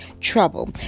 trouble